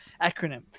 acronym